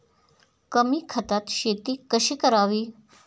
कमी खतात शेती कशी करावी?